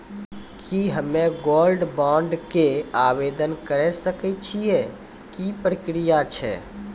की हम्मय gold bond के आवदेन करे सकय छियै, की प्रक्रिया छै?